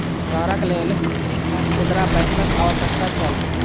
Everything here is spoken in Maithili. शहरक लेल एकटा खुदरा बैंकक आवश्यकता छल